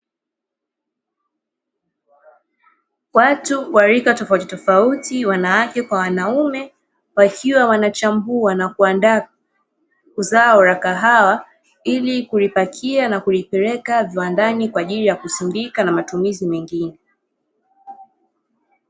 Watu wa rika tofautitofauti wanawake kwa wanaume, wakiwa wanachambua na kuandaa zao la kahawa ili kulipakia na kulipeleka viwandani kwa ajili ya kusindika na matumizi mengine.